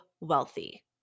wealthy